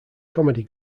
comedy